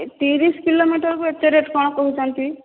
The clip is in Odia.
ଏ ତିରିଶ କିଲୋମିଟରକୁ ଏତେ ରେଟ କଣ କହୁଛନ୍ତି